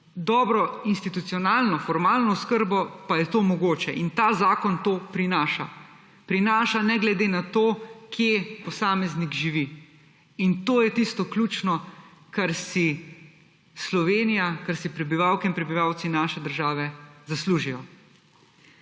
dobro institucionalno formalno oskrbo pa je to mogoče in ta zakon to prinaša; prinaša ne glede na to, kje posameznik živi. In to je tisto ključno, kar si Slovenija, kar si prebivalke in prebivalci naše države zaslužijo.